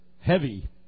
heavy